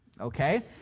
okay